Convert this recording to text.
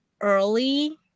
early